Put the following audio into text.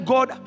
God